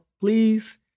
please